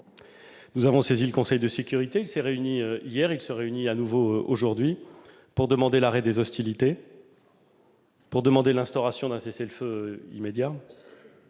Nous avons saisi le Conseil de sécurité- il s'est réuni hier et se réunit de nouveau aujourd'hui -pour demander l'arrêt des hostilités, pour demander l'instauration d'un cessez-le-feu immédiat